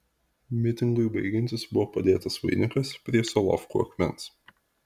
mitingui baigiantis buvo padėtas vainikas prie solovkų akmens